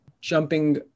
jumping